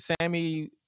Sammy